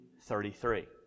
33